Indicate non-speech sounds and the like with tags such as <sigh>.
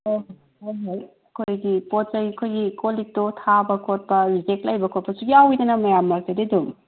<unintelligible> ꯑꯩꯈꯣꯏꯒꯤ ꯄꯣꯠ ꯆꯩ ꯑꯩꯈꯣꯏꯒꯤ ꯀꯣꯜ ꯂꯤꯛꯇꯣ ꯊꯥꯕ ꯈꯣꯠꯄ ꯔꯤꯖꯦꯛ ꯂꯩꯕꯁꯨ ꯌꯥꯎꯋꯤꯗꯅꯀꯣ ꯃꯌꯥꯝ ꯃꯔꯛꯇꯗꯤ ꯑꯗꯨꯝ